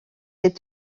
est